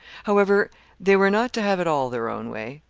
however they were not to have it all their own way.